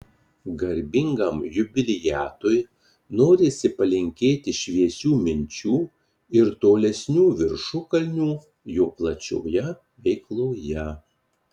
garbingam jubiliatui norisi palinkėti šviesių minčių ir tolesnių viršukalnių jo plačioje veikloje